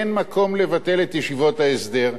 אין מקום לבטל את ישיבות ההסדר,